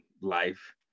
life